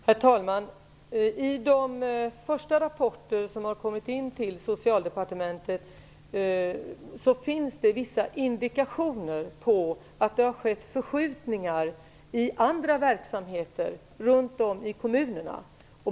Herr talman! I de första rapporter som har kommit in till Socialdepartementet finns det vissa indikationer på att det har skett förskjutningar i andra verksamheter runt om i kommunerna.